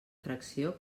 fracció